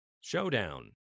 showdown